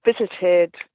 visited